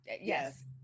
yes